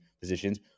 positions